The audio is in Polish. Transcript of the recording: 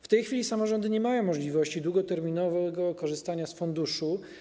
W tej chwili samorządy nie mają możliwości długoterminowego korzystania z funduszu.